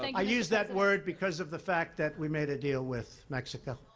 i use that word because of the fact that we made a deal with mexico.